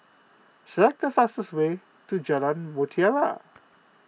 select the fastest way to Jalan Mutiara